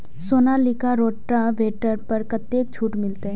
Sonalika rotavator पर कतेक छूट मिलते?